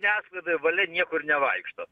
žiniasklaidoj valia niekur nevaikšto